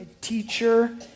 teacher